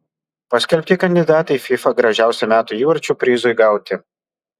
paskelbti kandidatai fifa gražiausio metų įvarčio prizui gauti